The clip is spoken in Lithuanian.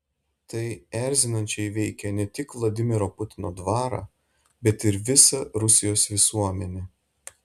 tai erzinančiai veikia ne tik vladimiro putino dvarą bet ir visą rusijos visuomenę